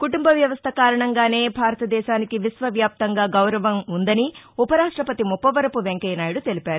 కుటుంబ వ్యవస్థ కారణంగానే భారతదేశానికి విశ్వవ్యాప్తంగా గౌరవం ఉందని ఉపరాష్టపతి ముప్పవరపు వెంకయ్యనాయుడు తెలిపారు